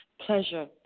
pleasure